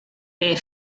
bare